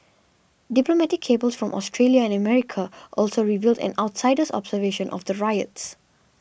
diplomatic cables from Australia and America also revealed an outsider's observation of the riots